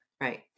Right